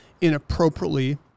inappropriately